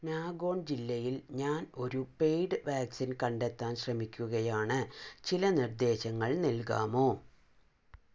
നാഗോൺ ജില്ലയിൽ ഞാൻ ഒരു പെയ്ഡ് വാക്സിൻ കണ്ടെത്താൻ ശ്രമിക്കുകയാണ് ചില നിർദ്ദേശങ്ങൾ നൽകാമോ